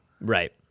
Right